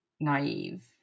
Naive